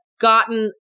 gotten